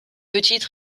petite